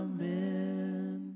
Amen